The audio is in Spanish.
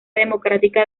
democrática